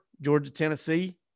Georgia-Tennessee